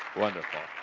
wonderful.